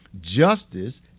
justice